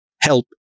help